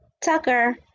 Tucker